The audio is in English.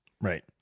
right